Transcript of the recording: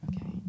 okay